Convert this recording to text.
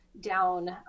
down